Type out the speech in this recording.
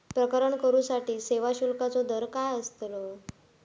प्रकरण करूसाठी सेवा शुल्काचो दर काय अस्तलो?